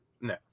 No